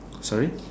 sorry